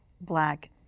black